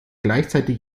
gleichzeitig